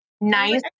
nice